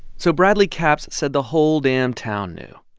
so bradley capps said the whole damn town knew.